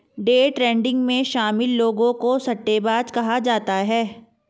day trading में शामिल लोगों को सट्टेबाज कहा जाता है